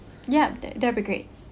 yup that that'll be great